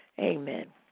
Amen